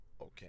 okay